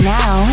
now